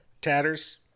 Tatters